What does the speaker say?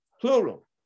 plural